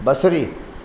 बसरी